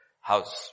house